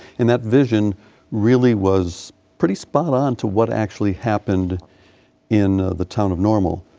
and that vision really was pretty spot-on to what actually happened in the town of normal.